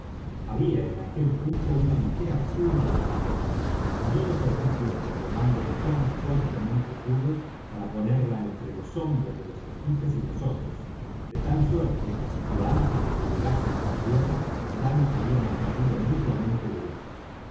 había en aquel punto una ligera curva en la costa y yo no perdí tiempo remando cuan fuertemente pude para ponerla entre los hombres de los esquifes y nosotros de tal suerte que antes de que llegásemos á tierra ya nos habíamos perdido mutuamente de vista